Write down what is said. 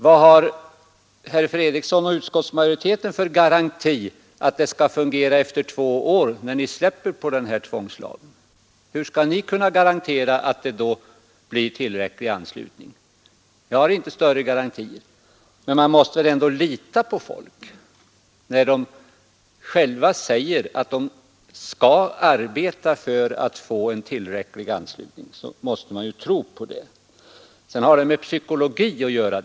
Vad har herr Fredriksson och utskottsmajoriteten för garanti att det skall fungera efter två år, när ni släpper på den här tvångslagen? Hur skall ni kunna garantera att det då blir tillräcklig anslutning? Jag har inte större garantier. Men man måste ju ändå lita på folk. När de själva säger att de skall arbeta för att få en tillräcklig anslutning måste man tro på det. Sedan har detta också med psykologi att göra.